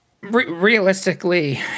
Realistically